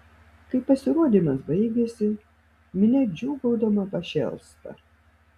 kai pasirodymas baigiasi minia džiūgaudama pašėlsta